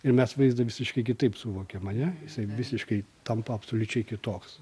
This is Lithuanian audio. ir mes vaizdą visiškai kitaip suvokiam ane jisai visiškai tampa absoliučiai kitoks